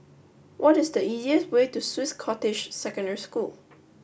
what is the easiest way to Swiss Cottage Secondary School